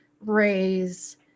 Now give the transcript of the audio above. raise